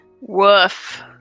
Woof